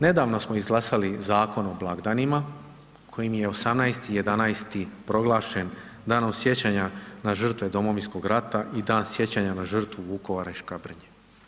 Nedavno smo izglasali Zakon o blagdanima kojim je 18.11. proglašen Danom sjećanja na žrtve Domovinskog rata i Dan sjećanja na žrtvu Vukovara i Škabrnje.